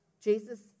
Jesus